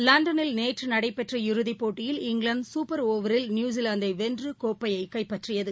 லண்டனில் நேற்றுநடைபெற்ற இறுதிப்போட்டியில் இங்கிலாந்துசூப்பர் ஒவரில் நியுசிலாந்தைவென்றுகோப்பையைக் கைப்பற்றியது